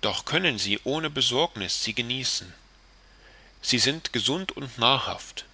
doch können sie ohne besorgniß sie genießen sie sind gesund und nahrhaft